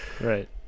right